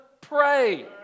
pray